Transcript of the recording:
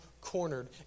cornered